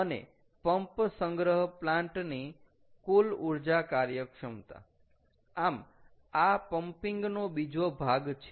અને પંપ સંગ્રહ પ્લાન્ટ ની કુલ ઊર્જા કાર્યક્ષમતા આમ આ પમ્પિંગ નો બીજો ભાગ છે